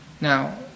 Now